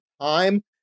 time